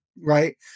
right